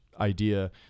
idea